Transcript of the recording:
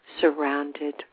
surrounded